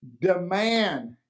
demand